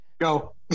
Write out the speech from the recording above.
Go